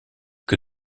que